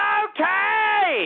okay